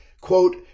quote